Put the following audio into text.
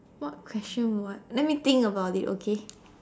what question what let me think about it okay